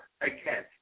Again